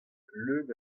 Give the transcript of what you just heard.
leun